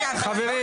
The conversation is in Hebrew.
חברים.